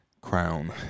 Crown